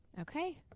Okay